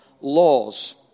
laws